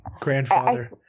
Grandfather